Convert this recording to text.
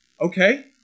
okay